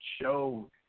show